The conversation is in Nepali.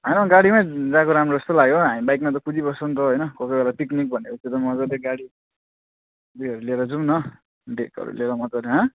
होइन हौ गाडीमै गएको राम्रो जस्तो लाग्यो हामी बाइकमा त कुदी बस्छौ नि त होइन कोही कोही बेला पिकनिक भने पछि त मजाले गाडी उयोहरू लिएर जाउँ न डेकहरू लिएर मजाले हाँ